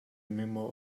memo